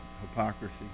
hypocrisy